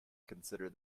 consider